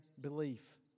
belief